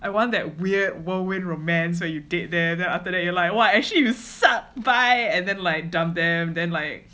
I want that weird whirlwind romance where you date them then after that you are like !wah! actually you suck bye and then like dumped them then like